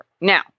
Now